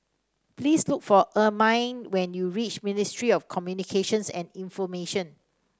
please look for Ermine when you reach Ministry of Communications and Information